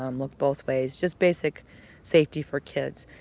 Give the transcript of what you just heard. um look both ways, just basic safety for kids.